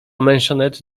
mentioned